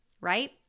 right